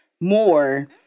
more